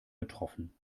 getroffen